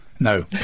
No